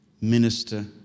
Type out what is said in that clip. minister